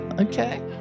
Okay